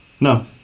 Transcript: No